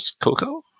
Coco